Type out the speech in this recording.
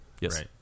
Yes